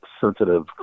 sensitive